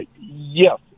yes